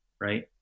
right